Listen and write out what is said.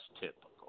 typical